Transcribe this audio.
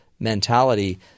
Mentality